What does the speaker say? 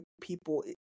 people